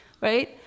Right